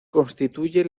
constituye